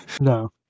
No